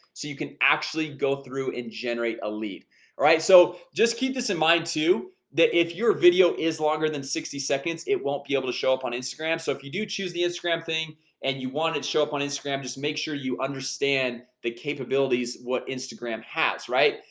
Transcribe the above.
so you can actually go through and generate a lead alright? so just keep this in mind to that if your video is longer than sixty seconds it won't be able to show up on instagram so if you do choose the instagram thing and you wanted to show up on instagram just make sure you understand the capabilities what instagram has right?